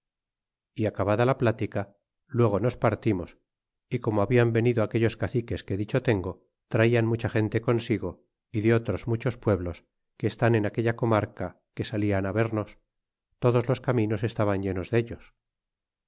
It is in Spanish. y acabada la plática luego nos partimos é como hablan venido aquellos caciques que dicho tengo traian mucha gente consigo y de otros muchos pueblos que estan en aquella comarca que salian á vernos todos los caminos estaban llenos dellos